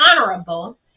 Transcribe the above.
honorable